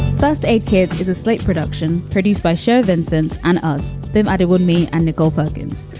first, eight kids is a slate production produced by chef vincent and us. they and will meet ah nicole perkins.